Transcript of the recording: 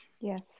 Yes